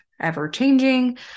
ever-changing